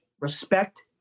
respect